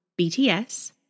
BTS